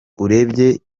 urebye